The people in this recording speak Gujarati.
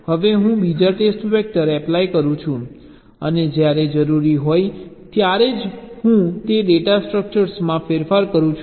હવે હું બીજા ટેસ્ટ વેક્ટર એપ્લાય કરું છું અને જ્યારે જરૂરી હોય ત્યારે જ હું તે ડેટા સ્ટ્રક્ચરમાં ફેરફાર કરું છું